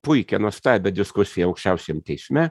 puikią nuostabią diskusiją aukščiausiam teisme